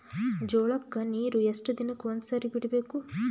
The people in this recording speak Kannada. ಜೋಳ ಕ್ಕನೀರು ಎಷ್ಟ್ ದಿನಕ್ಕ ಒಂದ್ಸರಿ ಬಿಡಬೇಕು?